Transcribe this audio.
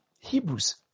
Hebrews